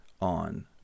on